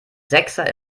sechser